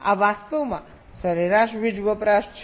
આ વાસ્તવમાં સરેરાશ વીજ વપરાશ છે